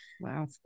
Wow